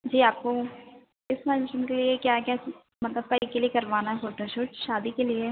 जी आपको इस मेंशन के लिए क्या क्या मतलब कए के लिए करवाना है फ़ोटोशूट शादी के लिए